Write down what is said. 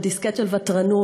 ודיסקט של ותרנות,